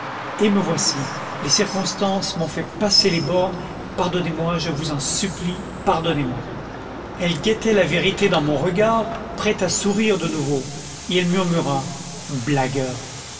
et me voici les circonstances m'ont fait passer les bornes pardonnez-moi je vous en supplie pardonnez-moi elle guettait la vérité dans mon regard prête à sourire de nouveau et elle murmura blagueur